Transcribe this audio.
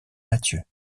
matthieu